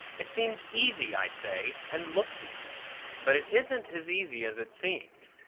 it seems easy, i say, and looks easy but it isn't as easy as it seems.